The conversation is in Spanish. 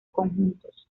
conjuntos